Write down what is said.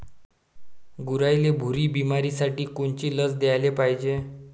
गुरांइले खुरी बिमारीसाठी कोनची लस द्याले पायजे?